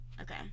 Okay